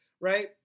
right